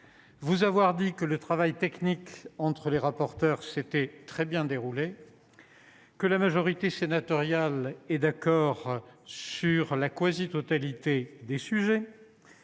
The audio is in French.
après avoir souligné que le travail technique entre les rapporteurs s’est très bien déroulé et que la majorité sénatoriale est d’accord sur la quasi totalité des sujets,